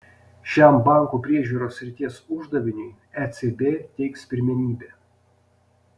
šiam bankų priežiūros srities uždaviniui ecb teiks pirmenybę